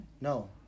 No